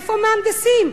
איפה המהנדסים?